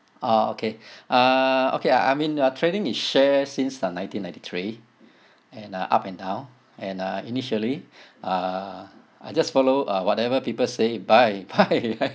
uh okay uh okay I mean uh trading in shares since the nineteen ninety three and uh up and down and uh initially uh I just follow uh whatever people say buy buy buy